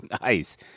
Nice